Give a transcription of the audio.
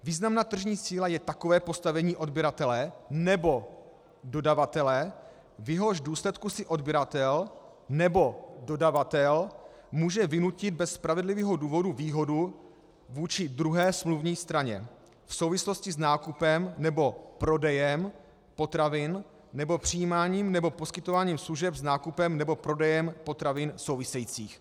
Významná tržní síla je takové postavení odběratele nebo dodavatele, v jehož důsledku si odběratel nebo dodavatel může vynutit bez spravedlivého důvodu výhodu vůči druhé smluvní straně v souvislosti s nákupem nebo prodejem potravin nebo přijímáním nebo poskytováním služeb s nákupem nebo prodejem potravin souvisejících.